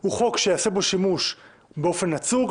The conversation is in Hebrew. הוא חוק שייעשה בו שימוש באופן נצור,